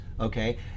okay